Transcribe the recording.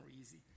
easy